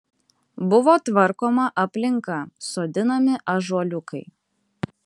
buvo tvarkoma aplinka sodinami ąžuoliukai